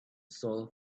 soul